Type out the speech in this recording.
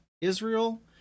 Israel